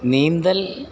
നീന്തൽ